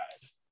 guys